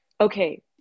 okay